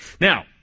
Now